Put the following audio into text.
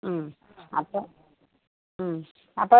മ് അപ്പം മ് അപ്പം